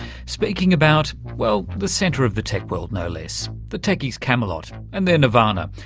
speaking about, well, the centre of the tech world no less, the techies camelot and their nirvana,